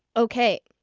okay